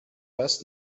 best